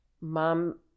mom